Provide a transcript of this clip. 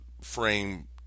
frame